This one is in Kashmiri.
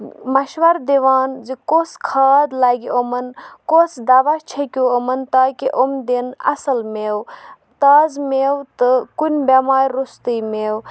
مشوَرٕ دِوان زِ کۄس کھاد لَگہِ یِمَن کۄس دَوا چھیٚکیوٗ یِمَن تاکہِ یِم دِنۍ اَصٕل میوٕ تازٕ میوٕ تہٕ کُنہِ بٮ۪مارِ روٚستُے میوٕ